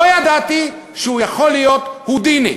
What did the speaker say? לא ידעתי שהוא יכול להיות הודיני,